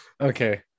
Okay